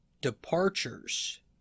departures